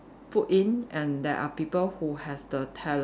put in and there are people who has the talent